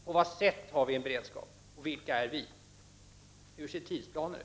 På vad sätt har vi en beredskap? Och vilka är vi? Hur ser tidsplanen ut?